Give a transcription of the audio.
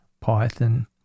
python